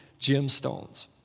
gemstones